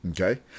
Okay